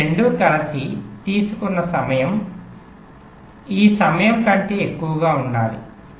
ఈ రెండు కలిసి తీసుకున్న సమయం ఈ సమయం కంటే ఎక్కువగా ఉండాలి